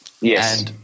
Yes